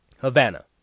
Havana